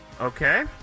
Okay